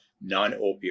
non-opioid